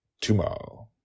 tomorrow